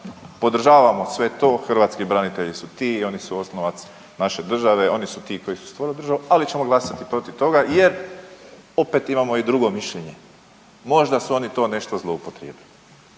podržavamo sve to, hrvatski branitelji su ti i oni su oslonac naše države, oni su ti koji su stvorili državu ali ćemo glasati protiv toga jer opet imamo i drugo mišljenje. Možda su oni to nešto zloupotrijebili.